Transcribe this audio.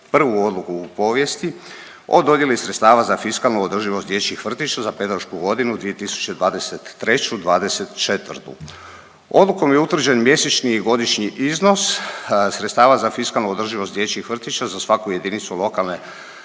prvu odluku u povijesti o dodjeli sredstava za fiskalnu održivost dječjih vrtića za pedagošku godinu 2023./2024. Odlukom je utvrđen mjesečni i godišnji iznos sredstava za fiskalnu održivost dječjih vrtića za svaku jedinicu lokalne